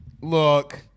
look